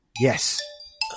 Yes